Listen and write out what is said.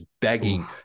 begging